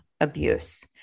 abuse